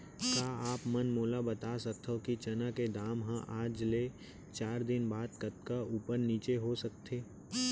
का आप मन मोला बता सकथव कि चना के दाम हा आज ले चार दिन बाद कतका ऊपर नीचे हो सकथे?